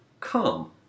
Come